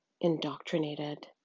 indoctrinated